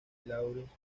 laurence